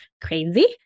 crazy